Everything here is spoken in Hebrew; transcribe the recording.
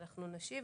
ואנחנו נשיב.